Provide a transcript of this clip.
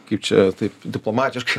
kaip čia taip diplomatiškai